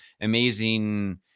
amazing